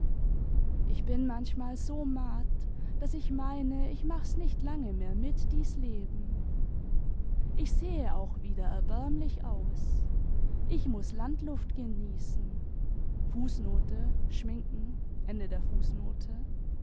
ich bin manchmal so matt daß ich meine ich mach's nicht lange mehr mit dies leben ich sehe auch wieder erbärmlich aus ich muß landluft genießen